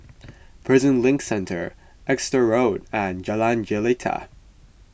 Prison Link Centre Exeter Road and Jalan Jelita